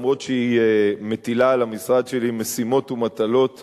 אף שהיא מטילה על המשרד שלי משימות ומטלות